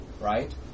right